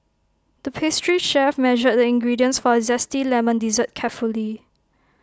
the pastry chef measured the ingredients for A Zesty Lemon Dessert carefully